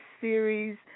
series